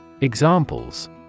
Examples